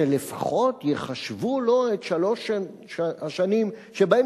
שלפחות יחשבו לו את שלוש השנים שבהן